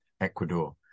Ecuador